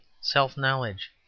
self-knowledge